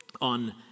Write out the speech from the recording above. on